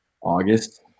August